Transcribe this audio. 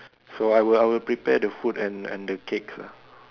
so I will I will prepare the food and and the cakes lah